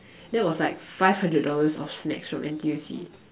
that was like five hundred dollars of snacks from N_T_U_C